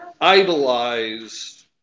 idolize